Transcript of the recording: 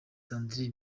sandra